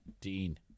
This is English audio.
Dean